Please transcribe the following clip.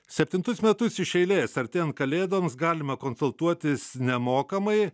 septintus metus iš eilės artėjant kalėdoms galima konsultuotis nemokamai